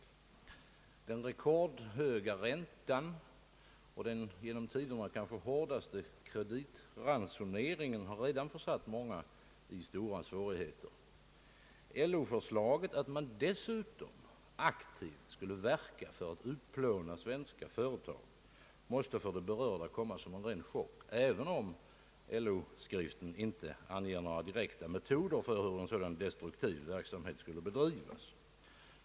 Den rekordhöga räntan och den genom tiderna kanske hårdaste kreditransoneringen har redan försatt många i stora svårigheter. LO-förslaget att man dessutom aktivt skulle verka för att utplåna svenska företag måste för de berörda komma som en ren chock, även om LO-skriften inte anger några direkta metoder för hur en sådan destruktiv verksamhet skulle bedrivas.